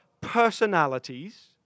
personalities